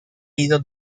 ido